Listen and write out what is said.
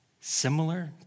similar